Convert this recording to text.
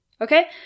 Okay